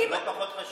לא פחות חשוב.